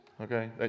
Okay